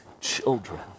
children